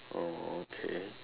oh okay